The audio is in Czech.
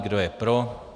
Kdo je pro.